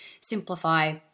simplify